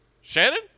Shannon